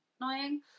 annoying